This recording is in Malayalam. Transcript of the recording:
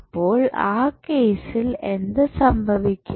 അപ്പോൾ ആ കേസിൽ എന്ത് സംഭവിക്കും